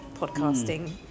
podcasting